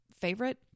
favorite